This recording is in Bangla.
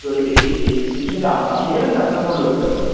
তো এই এই এই শুধু ট্রিপটি শুধু আপনি যাবেন না আপনার কোনো লোক যাবে